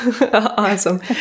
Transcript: Awesome